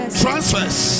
transfers